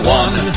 one